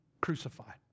crucified